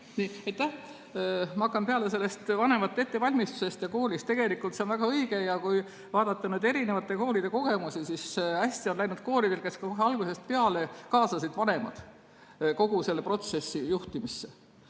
Ma hakkan peale sellest vanemate ettevalmistusest ja koolist. Tegelikult on see väga õige. Kui vaadata erinevate koolide kogemusi, siis hästi on läinud koolidel, kes kohe algusest peale kaasasid vanemad kogu selle protsessi juhtimisse,